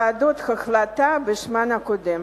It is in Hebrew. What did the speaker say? ועדות החלטה בשמן הקודם.